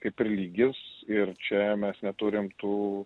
kaip ir lygis ir čia mes neturim tų